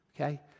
okay